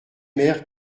mères